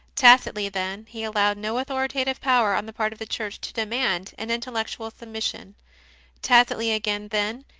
tacitly, then, he allowed no authoritative power on the part of the church to demand an intellectual submission tacitly, again, then,